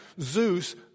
Zeus